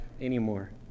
anymore